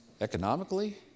economically